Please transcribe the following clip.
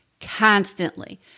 constantly